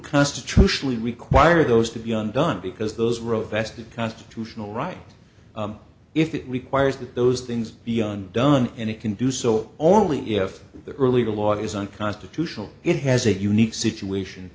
constitutionally require those to be undone because those road tested constitutional right if it requires that those things beyond done and it can do so only if the earlier law is unconstitutional it has a unique situation